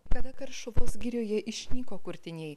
kada karšuvos girioje išnyko kurtiniai